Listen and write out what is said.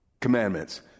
commandments